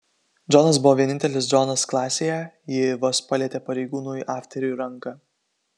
džonas buvo vienintelis džonas klasėje ji vos palietė pareigūnui afteriui ranką